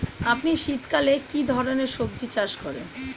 আপনি শীতকালে কী ধরনের সবজী চাষ করেন?